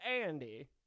Andy